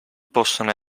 possono